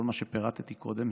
כל מה שפירטתי קודם,